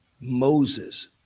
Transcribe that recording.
Moses